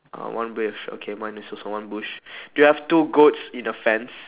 uh one bush okay mine is also one bush do you have two goats in a fence